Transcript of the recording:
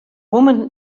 woman